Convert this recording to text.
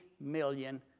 million